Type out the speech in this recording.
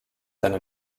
einen